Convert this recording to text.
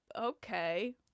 okay